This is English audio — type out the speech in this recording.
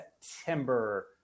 september